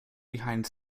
behind